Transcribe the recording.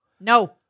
No